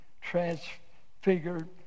transfigured